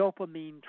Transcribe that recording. dopamine